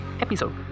episode